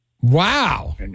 Wow